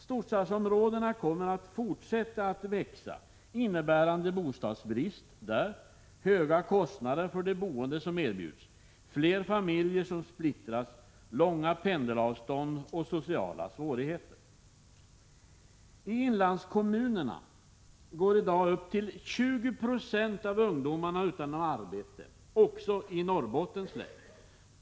Storstadsområdena kommer att fortsätta att växa, vilket innebär bostadsbrist där, höga kostnader för det boende som erbjuds, fler familjer som splittras, långa pendelavstånd och sociala svårigheter. I inlandskommunerna går i dag upp till 20 96 av ungdomarna utan arbete. Det gäller också i Norrbottens län.